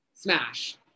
smash